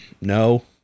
No